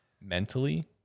mentally